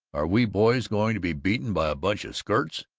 are we boys going to be beaten by a bunch of skirts?